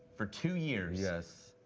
for two years? yes.